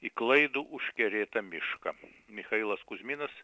į klaidų užkerėtą mišką michailas kuzminas